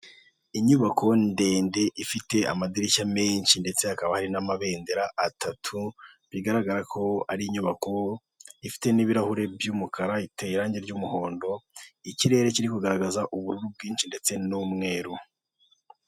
Inyubako ndende ifite amadirishya menshi ndetse hakaba hari n'amabendera atatu bigaragara ko ari inyubako ifite n'ibirahuri by'umukara iteye irangi ry'umuhondo ikirere kiri kugaragaza ubururu bwinshi ndetse n'umweru.